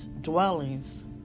dwellings